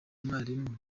mwarimu